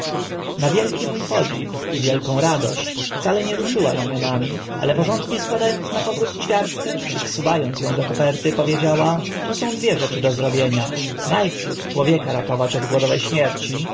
na wielki mó podziw i wielką radość wcale nie ruszyła ramionami ale porządnie składa ąc na powrót ćwiartkę i wsuwa ąc ą do koperty powiedziała tu są dwie rzeczy do zrobienia na przód człowieka ratować od głodowe śmierci